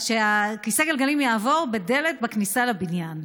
שכיסא הגלגלים יעבור בדלת בכניסה לבניין,